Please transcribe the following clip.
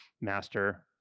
master